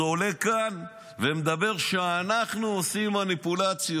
עוד עולה לכאן ומדבר על כך שאנחנו עושים מניפולציות.